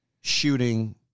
shooting